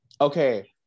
okay